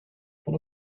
von